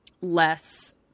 less